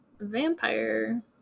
vampire